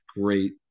great